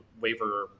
waiver